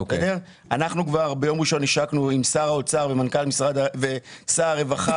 אנחנו כבר ביום ראשון השקנו עם שר האוצר ושר הרווחה